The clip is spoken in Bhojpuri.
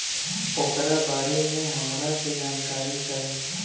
ओकरा बारे मे हमरा के जानकारी चाही?